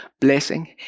blessing